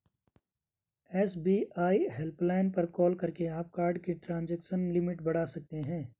SBI helpline पर call करके आप कार्ड की ट्रांजैक्शन लिमिट बढ़ा सकते हैं